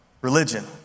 religion